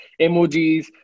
emojis